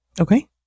okay